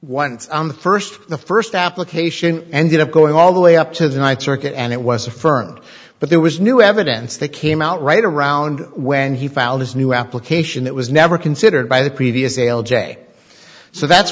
once on the first the first application ended up going all the way up to the ninth circuit and it was affirmed but there was new evidence that came out right around when he filed his new application that was never considered by the previous sale jay so that's